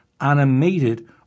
animated